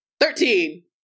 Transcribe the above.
Thirteen